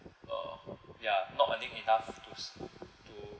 uh ya not earning enough to s~ to